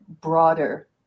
broader